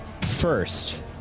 First